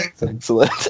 Excellent